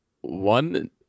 one